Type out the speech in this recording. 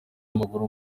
w’amaguru